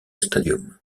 stadium